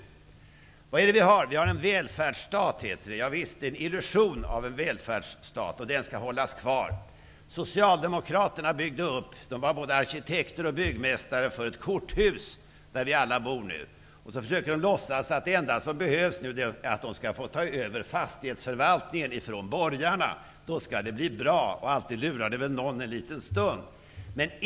Vad är det vi har? Det heter att vi har en välfärdsstat. Det är en illusion av en välfärdsstat, och den skall hållas kvar. Socialdemokraterna var både arkitekter och byggmästare för ett korthus, där vi alla nu bor. Nu försöker de att låtsas som om det enda som behövs är att de skall ta över fastighetsförvaltningen ifrån borgarna. Då skall det bli bra. Alltid lurar det väl någon för en liten stund.